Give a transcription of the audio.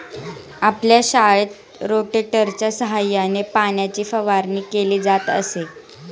आपल्या शाळेत रोटेटरच्या सहाय्याने पाण्याची फवारणी केली जात असे